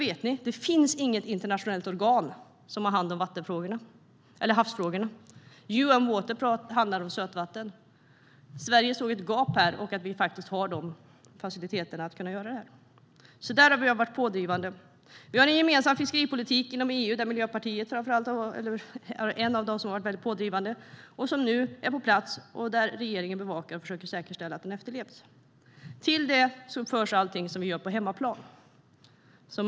Vet ni: Det finns inget internationellt organ som har hand om havsfrågorna. UN-Water handlar om sötvatten. Sverige såg här ett gap, och vi har faciliteterna att kunna göra detta. Där har vi varit pådrivande. Vi har en gemensam fiskeripolitik inom EU där Miljöpartiet har varit en av dem som varit väldigt pådrivande. Den är nu på plats, och regeringen bevakar och försöker säkerställa att den efterlevs. Till det förs allting som vi gör på hemmaplan.